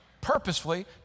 purposefully